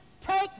take